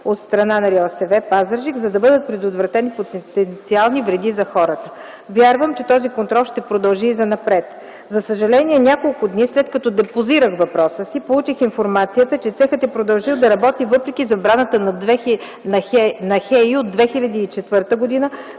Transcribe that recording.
от страна на РИОСВ Пазарджик, за да бъдат предотвратени потенциални вреди за хората. Вярвам, че този контрол ще продължи и занапред. За съжаление, няколко дни след като депозирах въпроса си, получих информацията, че цехът е продължил да работи, въпреки забраната на ХЕИ от 2004 г.,